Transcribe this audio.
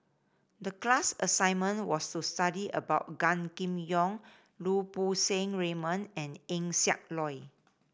the class assignment was to study about Gan Kim Yong Lau Poo Seng Raymond and Eng Siak Loy